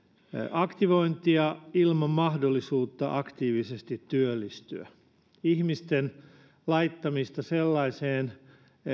aktivointia ilman mahdollisuutta aktiivisesti työllistyä ihmisten laittamista sellaiseen